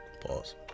Pause